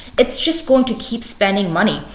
it's just going to keep spending money.